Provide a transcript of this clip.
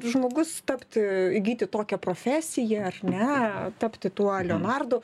žmogus tapti įgyti tokią profesiją ar ne tapti tuo leonardu